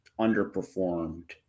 underperformed